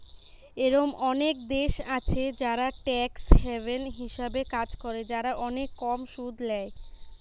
এরোম অনেক দেশ আছে যারা ট্যাক্স হ্যাভেন হিসাবে কাজ করে, যারা অনেক কম সুদ ল্যায়